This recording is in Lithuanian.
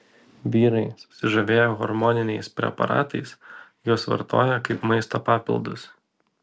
vyrai susižavėję hormoniniais preparatais juos vartoja kaip maisto papildus